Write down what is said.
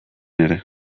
ere